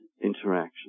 interaction